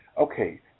okay